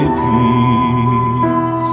peace